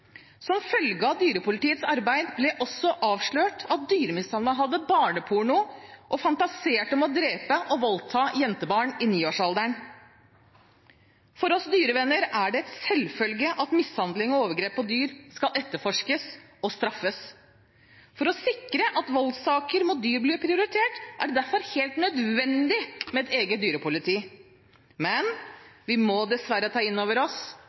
Som følge av dyrepolitiets arbeid ble det også avslørt at dyremishandleren hadde barneporno og fantaserte om å drepe og voldta jentebarn i niårsalderen. For oss dyrevenner er det en selvfølge at mishandling av og overgrep mot dyr skal etterforskes og straffes. For å sikre at voldssaker mot dyr blir prioritert, er det derfor helt nødvendig med et eget dyrepoliti, men vi må dessverre ta inn over oss